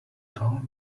toll